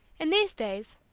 in these days,